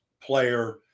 player